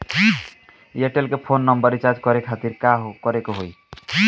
Airtel के phone number recharge करे के खातिर का करे के होई?